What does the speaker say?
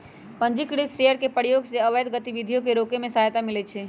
पंजीकृत शेयर के प्रयोग से अवैध गतिविधियों के रोके में सहायता मिलइ छै